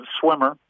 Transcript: swimmer